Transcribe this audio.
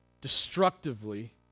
destructively